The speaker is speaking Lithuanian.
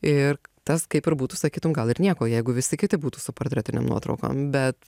ir tas kaip ir būtų sakytum gal ir nieko jeigu visi kiti būtų su portretinėm nuotraukom bet